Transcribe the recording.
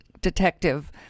detective